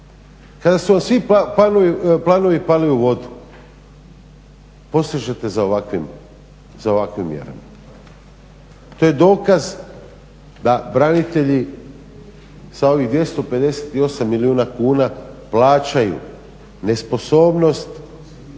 kada su vam svi planovi pali u vodu posežete za ovakvim mjerama. To je dokaz da branitelji sa ovih 258 milijuna kuna plaćaju nesposobnost